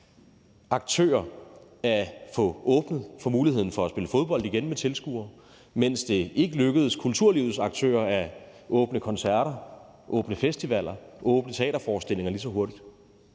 aktører at få åbnet for muligheden for at spille fodbold med tilskuere igen, mens det ikke lykkedes kulturlivets aktører at åbne for koncerter, festivaler og teaterforestillinger lige så hurtigt.